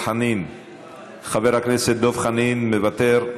חבר הכנסת דב חנין, מוותר,